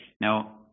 now